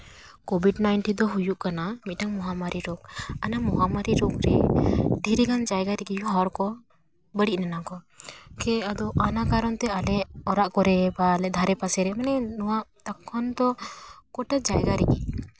covid nineteen ᱫᱚ ᱦᱩᱭᱩᱜ ᱠᱟᱱᱟ ᱢᱤᱫᱴᱟᱱ ᱢᱚᱦᱟᱢᱟᱨᱤ ᱨᱳᱜᱽ ᱚᱱᱟ ᱢᱚᱦᱟᱢᱟᱨᱤ ᱨᱳᱜᱽ ᱨᱮ ᱰᱷᱮᱨ ᱜᱟᱱ ᱡᱟᱭᱜᱟ ᱨᱮᱜᱮ ᱦᱚᱲ ᱠᱚ ᱵᱟᱹᱲᱤᱡ ᱞᱮᱱᱟ ᱠᱚ ᱛᱚ ᱚᱱᱟ ᱠᱟᱨᱚᱱ ᱛᱮ ᱟᱞᱮ ᱚᱲᱟᱜ ᱠᱚᱨᱮ ᱵᱟ ᱟᱞᱮ ᱫᱷᱟᱨᱮ ᱯᱟᱥᱮᱨᱮ ᱢᱟᱱᱮ ᱱᱚᱣᱟ ᱛᱚᱠᱷᱚᱱ ᱫᱚ ᱜᱳᱴᱟ ᱡᱟᱭᱜᱟ ᱨᱮᱜᱮ